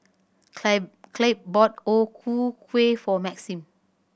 Clabe bought O Ku Kueh for Maxim